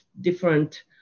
different